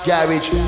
Garage